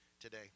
today